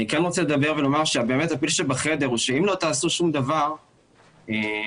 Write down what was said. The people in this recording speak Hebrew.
אם לא תעשו שום דבר,